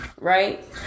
right